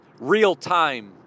real-time